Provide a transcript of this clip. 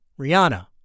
Rihanna